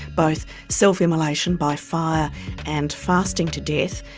both self-immolation by fire and fasting to death,